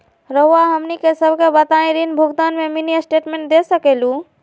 रहुआ हमनी सबके बताइं ऋण भुगतान में मिनी स्टेटमेंट दे सकेलू?